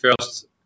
first